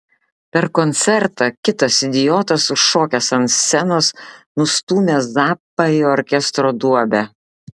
per koncertą kitas idiotas užšokęs ant scenos nustūmė zappą į orkestro duobę